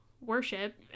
worship